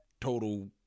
total